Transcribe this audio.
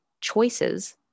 choices